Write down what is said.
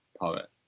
poet